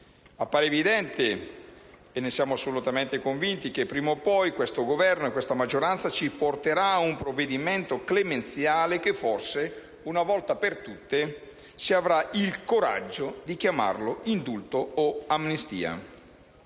Appare evidente - e ne siamo assolutamente convinti - che prima o poi questo Governo e questa maggioranza ci porteranno a un provvedimento clemenziale che forse, una volta per tutte, si avrà il coraggio di chiamare indulto o amnistia.